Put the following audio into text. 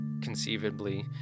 conceivably